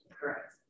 Correct